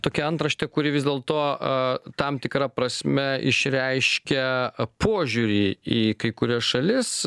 tokia antraštė kuri vis dėlto a tam tikra prasme išreiškia požiūrį į kai kurias šalis